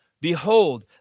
Behold